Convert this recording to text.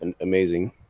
amazing